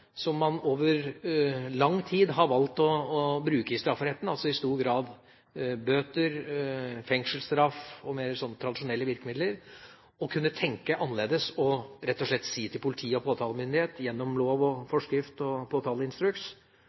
som man over lang tid har valgt å bruke i strafferetten – altså i stor grad bøter, fengselsstraff og sånne mer tradisjonelle virkemidler – og kunne tenke annerledes, og rett og slett si til politiet og påtalemyndighet gjennom lov, forskrift og påtaleinstruks